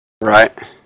Right